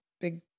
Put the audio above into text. big